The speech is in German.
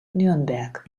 nürnberg